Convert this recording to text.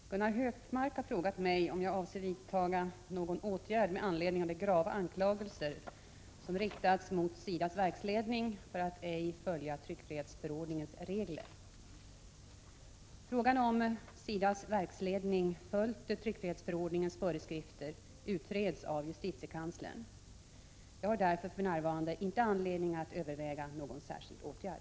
Herr talman! Gunnar Hökmark har frågat mig om jag avser vidtaga någon åtgärd med anledning av de grava anklagelser som har riktats mot SIDA:s verksledning för att ej följa tryckfrihetsförordningens regler. Frågan om SIDA:s verksledning följt tryckfrihetsförordningens föreskrifter utreds av justitiekanslern. Jag har därför för närvarande inte anledning att överväga någon särskild åtgärd.